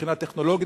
מבחינה טכנולוגית,